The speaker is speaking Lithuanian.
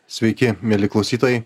sveiki mieli klausytojai